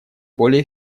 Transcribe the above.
более